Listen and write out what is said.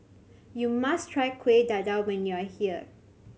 you must try Kuih Dadar when you are here